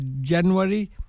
January